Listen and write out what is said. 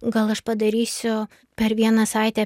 gal aš padarysiu per vieną savaitę